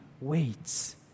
waits